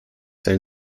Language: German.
sein